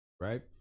right